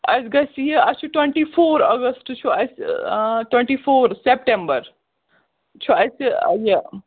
اَسہِ گَژھِ یہِ اَسہِ چھُ ٹُوَنٹی فور اَگسٹ چھُ اَسہِ ٹُوَنٹی فور سیٮ۪پٹمبَر چھُ اَسہِ یہِ